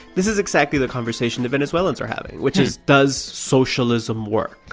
this is exactly the conversation the venezuelans are having, which is, does socialism work?